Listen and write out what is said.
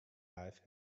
life